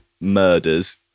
murders